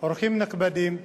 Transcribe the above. אורחים נכבדים,